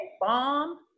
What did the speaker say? bomb